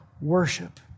worship